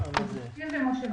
קיבוצים ומושבים שיתופיים.